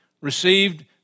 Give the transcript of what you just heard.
received